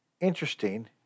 interesting